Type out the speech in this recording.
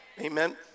Amen